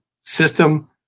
system